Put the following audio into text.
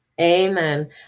Amen